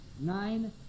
nine